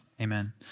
amen